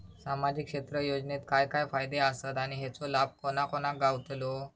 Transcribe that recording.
सामजिक क्षेत्र योजनेत काय काय फायदे आसत आणि हेचो लाभ कोणा कोणाक गावतलो?